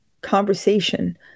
conversation